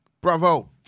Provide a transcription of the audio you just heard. Bravo